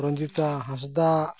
Ranjita Hansdak